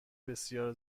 بسیار